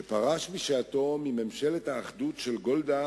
שפרש בשעתו מממשלת האחדות של גולדה